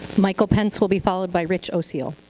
michael pence will be followed by rich osio.